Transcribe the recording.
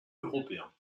européens